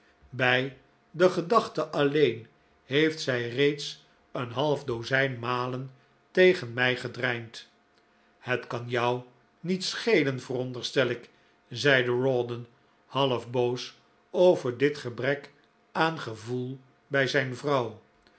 bij de gedachte alleen heeft zij reeds een half dozijn malen tegen mij gedreind het kan jou niet schelen veronderstel ik zeide rawdon half boos over dit gebrek aan gevoel bij zijn vrouw